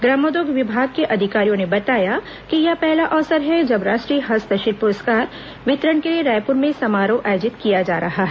ग्रामोद्योग विभाग के अधिकारियों ने बताया कि यह पहला अवसर है जब राष्ट्रीय हस्तशिल्प पुरस्कार वितरण के लिए रायपुर में समारोह आयोजित किया जा रहा है